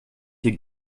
hier